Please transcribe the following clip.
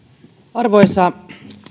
arvoisa